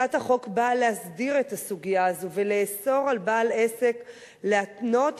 הצעת החוק באה להסדיר את הסוגיה הזאת ולאסור על בעל עסק להתנות